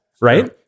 right